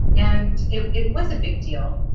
and it it was a big deal,